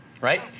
right